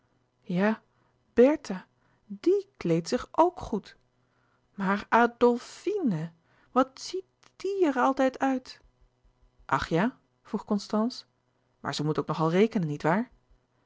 i e kleed zich ook goed maar adlfine hè wat ziet die er altijd uit ach ja vroeg constance maar ze moet ook nog al rekenen niet waar